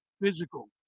Physical